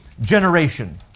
generation